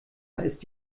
ist